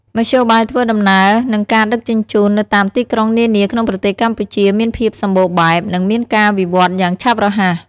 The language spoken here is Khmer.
មធ្យោបាយធ្វើដំណើរនិងការដឹកជញ្ជូននៅតាមទីក្រុងនានាក្នុងប្រទេសកម្ពុជាមានភាពសម្បូរបែប និងមានការវិវត្តន៍យ៉ាងឆាប់រហ័ស។